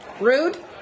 Rude